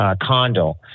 condo